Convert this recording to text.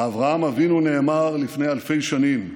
לאברהם אבינו נאמר לפני אלפי שנים: